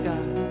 God